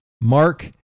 Mark